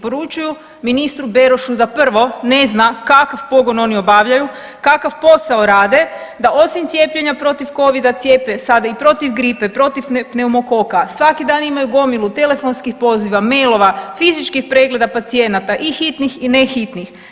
Poručuju ministru Berošu da prvo, ne zna kakav pogon oni obavljaju, kakav posao rade, da osim cijepljenja protiv Covid-a cijepe sada i protiv gripe, protiv pneumokoka, svaki dan imaju gomilu telefonskih poziva, mailova, fizičkih pregleda pacijenata i hitnih i ne hitnih.